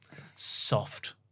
soft